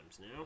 now